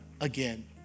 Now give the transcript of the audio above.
again